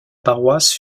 paroisse